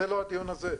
זה לא הדיון הזה,